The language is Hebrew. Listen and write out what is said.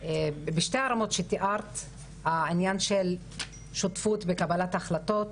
שבשתי הרמות שתיארת הענין של שותפות וקבלת החלטות